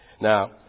Now